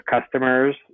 customers